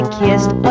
kissed